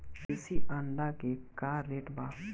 देशी अंडा का रेट बा?